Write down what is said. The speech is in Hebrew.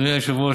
אדוני היושב-ראש,